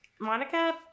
Monica